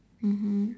mmhmm